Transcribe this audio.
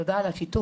תודה על השיתוף,